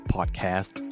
Podcast